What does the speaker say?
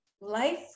life